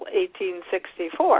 1864